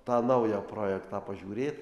tą naują projektą pažiūrėt